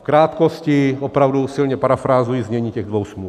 V krátkosti opravdu silně parafrázuji znění těch dvou smluv.